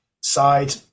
side